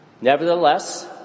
Nevertheless